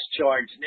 charged